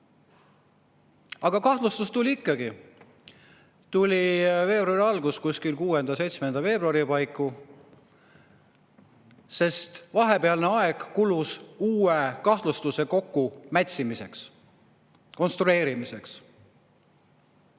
Aga kahtlustus tuli ikkagi. Tuli veebruari alguses, kuskil 6.-7. veebruari paiku. Vahepealne aeg kulus uue kahtlustuse kokkumätsimiseks, konstrueerimiseks.